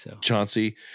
Chauncey